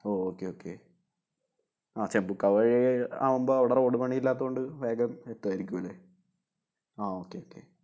ഓ okay okay ആ ചെമ്പുക്കാവ് വഴി ആവുമ്പം അവിടെ റോഡ് പണി ഇല്ലാത്തത് കൊണ്ട് വേഗം എത്തുമായിരിക്കും അല്ലെ ആ ഓക്കെ ഓക്കെ